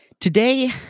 today